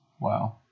Wow